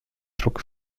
druck